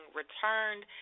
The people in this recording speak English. returned